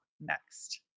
next